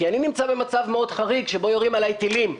כי אני נמצא במצב חריג מאוד שבו יורים עליי טילים.